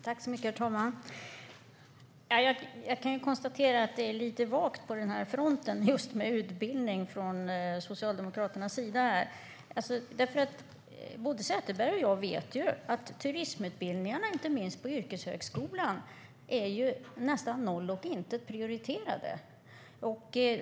Herr talman! Jag kan konstatera att det är lite vagt på utbildningsfronten från Socialdemokraternas sida här. Både Sätherberg och jag vet ju att turismutbildningarna, inte minst på yrkeshögskolan, är nästan noll och intet prioriterade.